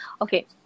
Okay